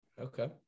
Okay